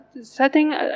setting